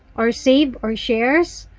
or saves, or shares.